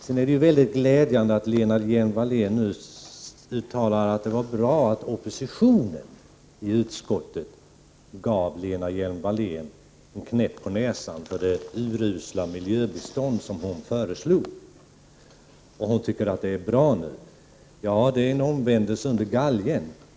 Det är mycket glädjande att Lena Hjelm-Wallén nu uttalar att det var bra | att oppositionen i utskottet gav henne en knäpp på näsan för det urusla miljöbistånd som hon föreslog. Hon anser att det var bra, men det är en omvändelse under galgen.